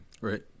Right